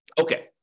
Okay